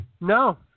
No